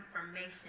information